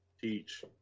teach